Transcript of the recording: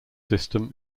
system